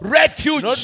refuge